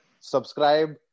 subscribe